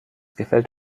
gefällt